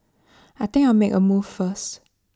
I think make A move first